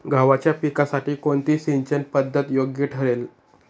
गव्हाच्या पिकासाठी कोणती सिंचन पद्धत योग्य ठरेल?